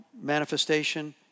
manifestation